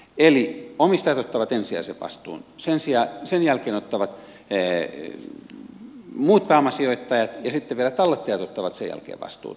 eli omistajat ottavat ensisijaisen vastuun sen jälkeen muut pääomasijoittajat ja sitten vielä tallettajat ottavat sen jälkeen vastuuta